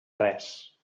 res